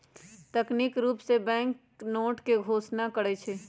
तकनिकी रूप से बैंक बैंकनोट के घोषणा करई छई